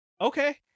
Okay